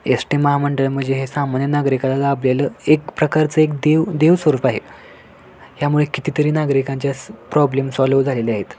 S T महामंडळ म्हणजे हे सामान्य नागरिकाला लाभलेलं आपल्याला एक प्रकारचं एक देव देव स्वरूप आहे ह्यामुळे कितीतरी नागरिकांच्या प्रॉब्लेम सॉल्व झालेले आहेत